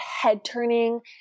head-turning